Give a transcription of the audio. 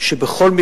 מה